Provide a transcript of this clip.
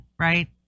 right